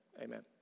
Amen